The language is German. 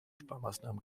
sparmaßnahmen